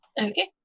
Okay